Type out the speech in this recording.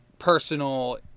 personal